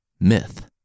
MYTH